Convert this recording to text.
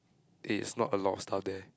there's not a lot of stuff there